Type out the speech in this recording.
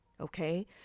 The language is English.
okay